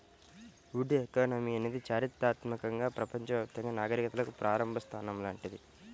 would economy అనేది చారిత్రాత్మకంగా ప్రపంచవ్యాప్తంగా నాగరికతలకు ప్రారంభ స్థానం లాంటిది